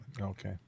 Okay